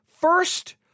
first